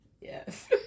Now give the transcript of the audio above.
Yes